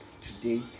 today